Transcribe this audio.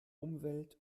umwelt